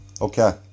Okay